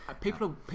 People